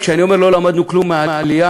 כשאני אומר: לא למדנו כלום מהעלייה,